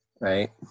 right